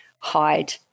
hide